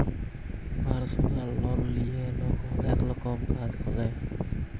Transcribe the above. পারসলাল লল লিঁয়ে লক অলেক রকমের কাজ ক্যরে